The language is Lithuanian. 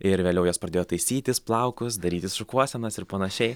ir vėliau jos pradėjo taisytis plaukus darytis šukuosenas ir panašiai